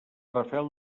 rafel